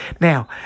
Now